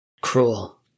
Cruel